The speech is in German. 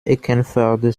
eckernförde